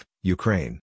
Ukraine